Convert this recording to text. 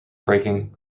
breaking